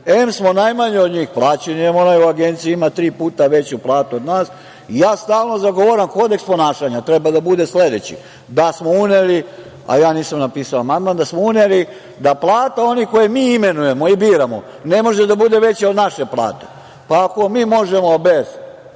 Em smo najmanje od njih plaćeni, em onaj u agenciji ima tri puta veću platu od nas. Ja stalno zagovaram, kodeks ponašanja treba da bude sledeći, da smo uneli, a ja nisam napisao amandman, da smo uneli da plata onih koje mi imenujemo i biramo ne može da bude veća od naše plate. Pa, ako mi možemo bez